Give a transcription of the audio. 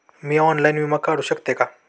मी online विमा काढू शकते का?